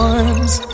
Arms